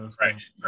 right